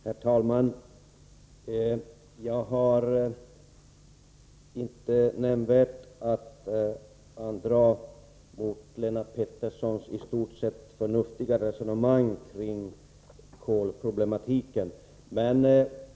Herr talman! Jag har inte något nämnvärt att anföra när det gäller Lennart Petterssons i stort sett förnuftiga resonemang kring kolproblematiken.